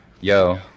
yo